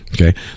okay